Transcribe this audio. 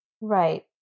Right